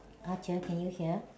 ah dear can you hear